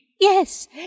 Yes